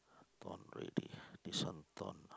gone already gone this one gone